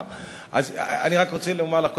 אני רק רוצה לומר לך,